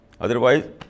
Otherwise